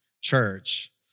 church